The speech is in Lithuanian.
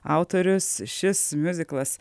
autorius šis miuziklas